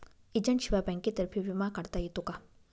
एजंटशिवाय बँकेतर्फे विमा काढता येतो का?